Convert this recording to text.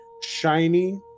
shiny